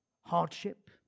Hardship